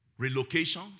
relocations